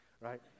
right